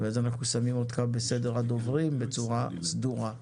ואז אנחנו שמים אותך בסדר הדוברים בצורה סדורה.